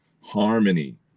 harmony